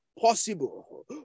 possible